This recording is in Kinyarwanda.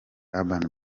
urban